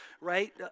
right